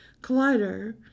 Collider